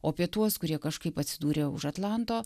o apie tuos kurie kažkaip atsidūrė už atlanto